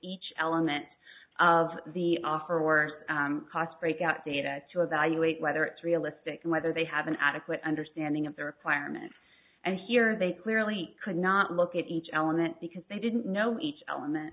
each element of the offer or cost breakout data to evaluate whether it's realistic and whether they have an adequate understanding of their requirements and here they clearly could not look at each element because they didn't know each